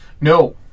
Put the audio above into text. No